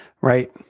Right